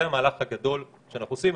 זה המהלך הגדול שאנחנו עושים.